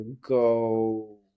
go